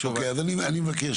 אוקיי, אז אני מבקש